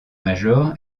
major